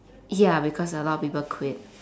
ya because a lot of people quit